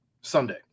Sunday